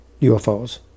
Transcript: UFOs